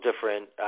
different